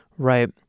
Right